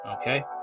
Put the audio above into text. okay